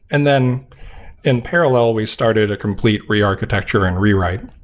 and then in parallel, we started a complete re-architecture and rewrite,